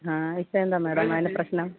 ആ ഇപ്പം എന്താ മേഡം അതിന് പ്രശ്നം